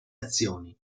azioni